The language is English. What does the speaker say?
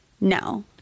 No